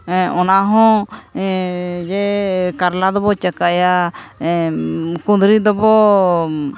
ᱚᱱᱟ ᱦᱚᱸ ᱡᱮ ᱠᱟᱨᱞᱟ ᱫᱚᱵᱚ ᱪᱟᱠᱟᱭᱟ ᱠᱩᱸᱫᱽᱨᱤ ᱫᱚᱵᱚ